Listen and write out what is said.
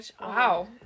wow